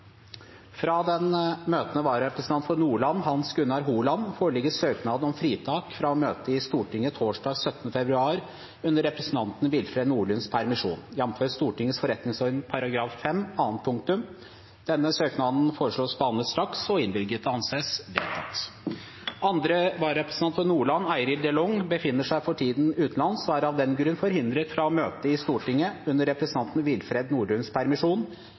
Fra den møtende vararepresentanten for Nordland, Hans Gunnar Holand , foreligger søknad om fritak fra å møte i Stortinget torsdag 17. februar under representanten Willfred Nordlunds permisjon, jf. Stortingets forretningsorden § 5 annet punktum. Denne søknaden foreslås behandlet straks og innvilget. – Det anses vedtatt. Andre vararepresentant for Nordland, Eirill DeLonge , befinner seg for tiden utenlands og er av den grunn forhindret fra å møte i Stortinget under representanten Willfred Nordlunds permisjon.